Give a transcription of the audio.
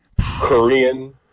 Korean